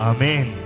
Amen